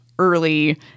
early